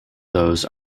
those